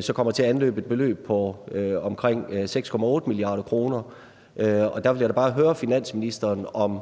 så kommer til at andrage et beløb på omkring 6,8 mia. kr. Og der vil jeg da bare høre finansministeren, om